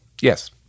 Yes